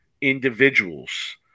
individuals